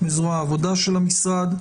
זרוע העבודה של המשרד,